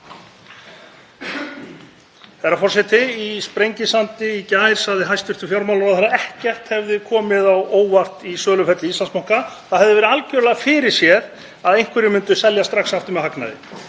Herra forseti. Í Sprengisandi í gær sagði hæstv. fjármálaráðherra að ekkert hefði komið á óvart í söluferli Íslandsbanka. Það hefði verið algjörlega fyrirséð að einhverjir myndu selja strax aftur með hagnaði.